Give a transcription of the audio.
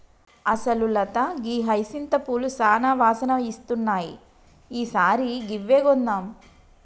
అసలు లత గీ హైసింత పూలు సానా వాసన ఇస్తున్నాయి ఈ సారి గివ్వే కొందాం